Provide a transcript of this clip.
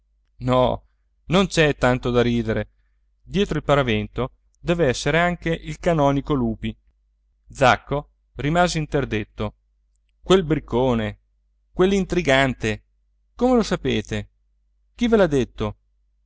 no non c'è tanto da ridere dietro il paravento dev'essere anche il canonico lupi zacco rimase interdetto quel briccone quell'intrigante come lo sapete chi ve l'ha detto